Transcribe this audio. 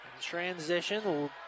Transition